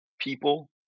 people